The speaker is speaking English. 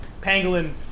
Pangolin